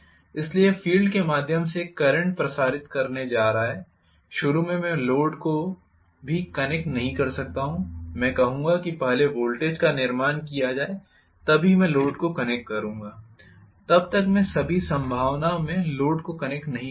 इसलिए यह फील्ड के माध्यम से एक करंट प्रसारित करने जा रहा है शुरू में मैं लोड को भी कनेक्ट नहीं कर सकता हूं मैं कहूंगा कि पहले वोल्टेज का निर्माण किया जाए तभी मैं लोड को कनेक्ट करूंगा तब तक मैं सभी संभावना में लोड को कनेक्ट नहीं करूंगा